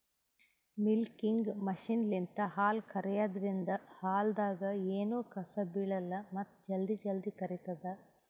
milking ಮಷಿನ್ಲಿಂತ್ ಹಾಲ್ ಕರ್ಯಾದ್ರಿನ್ದ ಹಾಲ್ದಾಗ್ ಎನೂ ಕಸ ಬಿಳಲ್ಲ್ ಮತ್ತ್ ಜಲ್ದಿ ಜಲ್ದಿ ಕರಿತದ್